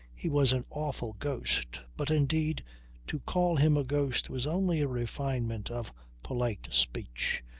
he was an awful ghost. but indeed to call him a ghost was only a refinement of polite speech,